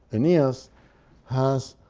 aeneas has